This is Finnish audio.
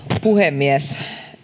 puhemies